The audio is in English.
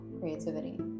creativity